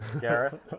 Gareth